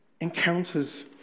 encounters